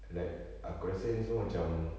like aku rasa ini semua macam